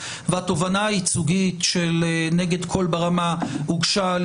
והתובענה הייצוגית נגד קול ברמה הוגשה על